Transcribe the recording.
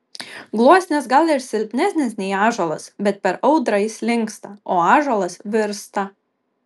gluosnis gal ir silpnesnis nei ąžuolas bet per audrą jis linksta o ąžuolas virsta